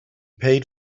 paid